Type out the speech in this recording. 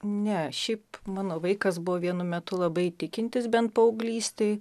ne šiaip mano vaikas buvo vienu metu labai tikintis bent paauglystėj